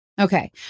Okay